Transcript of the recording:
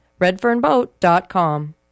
Redfernboat.com